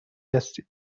هستید